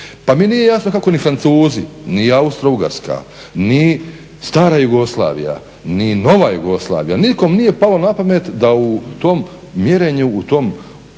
Pa mi nije jasno kako ni Francuzi, ni Austro-Ugarska, ni stara Jugoslavija ni nova Jugoslavije nikom nije palo na pamet da u tom mjerenju u tom okružju